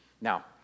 Now